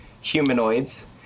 humanoids